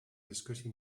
discussie